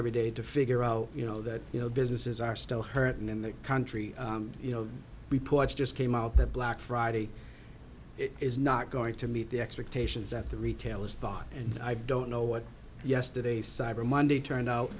every day to figure out you know that you know businesses are still hurting in the country you know reports just came out that black friday is not going to meet the expectations that the retailers thought and i don't know what yesterday cyber monday turned out